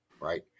right